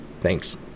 Thanks